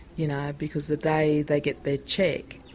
you know, because the day they get their cheque,